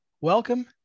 Welcome